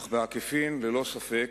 אך בעקיפין, ללא ספק,